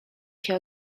się